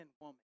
woman